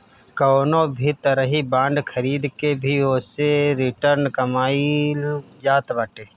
कवनो भी तरही बांड खरीद के भी ओसे रिटर्न कमाईल जात बाटे